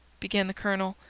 began the colonel.